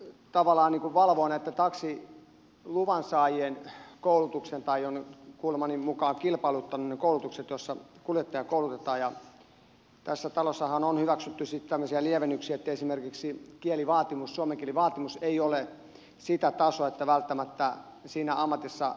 trafihan tavallaan valvoo näitten taksiluvan saajien koulutusta tai on kuulemani mukaan kilpailuttanut ne koulutukset joissa kuljettajia koulutetaan ja tässä talossahan on hyväksytty sitten tämmöisiä lievennyksiä että esimerkiksi suomen kielen vaatimus ei ole sitä tasoa että välttämättä siinä ammatissa pärjäisi